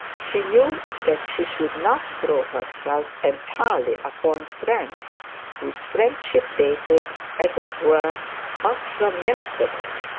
she knew that she should not throw herself entirely upon friends whose friendship dated as it were but from yesterday.